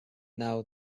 now